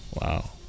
Wow